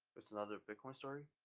it's another bitcoin story,